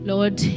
Lord